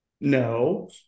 No